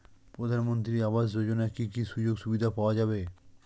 প্রধানমন্ত্রী আবাস যোজনা কি কি সুযোগ সুবিধা পাওয়া যাবে?